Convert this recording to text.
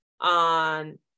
on